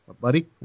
Buddy